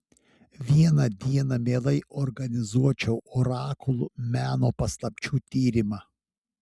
vieną dieną mielai organizuočiau orakulų meno paslapčių tyrimą